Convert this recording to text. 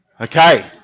Okay